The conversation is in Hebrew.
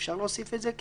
האם אפשר להוסיף את זה?